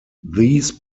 these